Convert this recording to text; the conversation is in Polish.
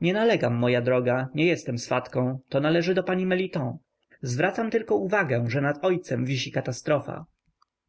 nalegam moja droga nie jestem swatką to należy do pani meliton zwracam tylko uwagę że nad ojcem wisi katastrofa